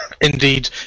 Indeed